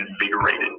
invigorated